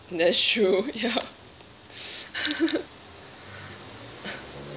that's true ya